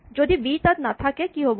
যদি বি তাত নাথাকে কি হ'ব